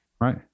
Right